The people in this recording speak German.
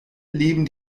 leben